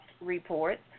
reports